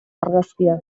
argazkia